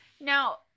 now